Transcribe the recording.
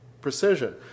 precision